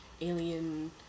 alien